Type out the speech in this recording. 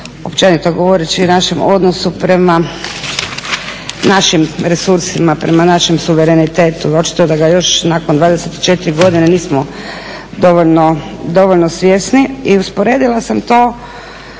općenito govoreći o našem odnosu prema našim resursima, prema našem suverenitetu. Očito da ga još nakon 24 godine nismo dovoljno svjesni i usporedila sam to,